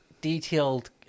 detailed